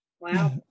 wow